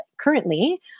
currently